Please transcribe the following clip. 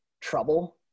trouble